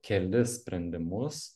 kelis sprendimus